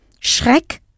Schreck